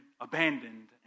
abandoned